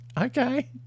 Okay